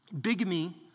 Bigamy